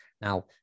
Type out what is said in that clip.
Now